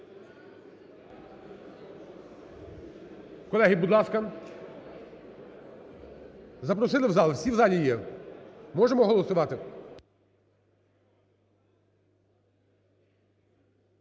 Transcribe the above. Колеги, будь ласка, запросили в зал? Всі в залі є, можемо голосувати?